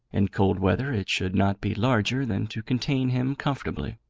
in cold weather it should not be larger than to contain him comfortably.